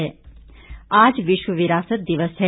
विरासत आज विश्व विरासत दिवस है